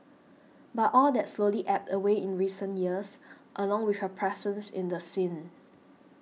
but all that slowly ebbed away in recent years along with her presence in the scene